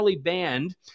banned